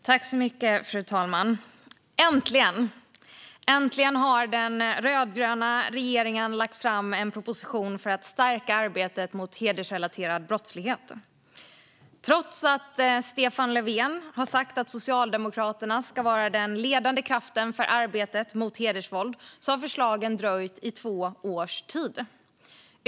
Fru talman! Äntligen har den rödgröna regeringen lagt fram en proposition för att stärka arbetet mot hedersrelaterad brottslighet. Trots att Stefan Löfven har sagt att Socialdemokraterna ska vara den ledande kraften i arbetet mot hedersvåld har förslagen dröjt två år.